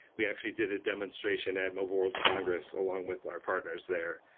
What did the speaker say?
we actually did a demonstration at mobile world congress along with our partners there.